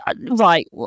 Right